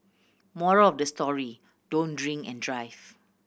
moral of the story don't drink and drive